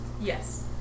Yes